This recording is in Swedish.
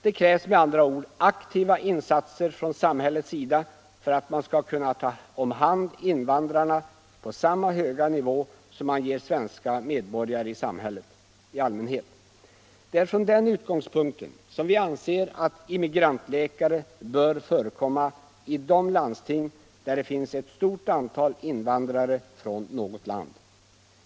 Det krävs med andra ord aktiva insatser från samhället för att man skall kunna ta hand om invandrarna på samma höga nivå som är fallet beträffande svenska medborgare i allmänhet. Det är från den utgångspunkten vi anser att immigrantläkare bör förekomma i de landsting där det finns ett stort antal invandrare från något land.